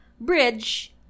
Bridge